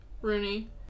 Rooney